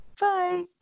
Bye